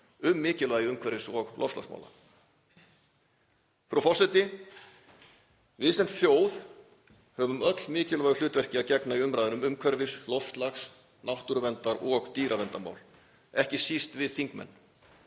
um mikilvægi umhverfis- og loftslagsmála. Frú forseti. Við sem þjóð höfum öll mikilvægu hlutverki að gegna í umræðunni um umhverfis-, loftslags-, náttúruverndar- og dýraverndarmál, ekki síst við þingmenn.